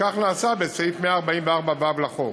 וכך נעשה בסעיף 144ו לחוק.